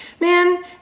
man